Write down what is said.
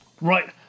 Right